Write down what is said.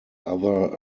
other